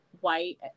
white